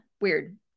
Weird